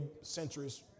centuries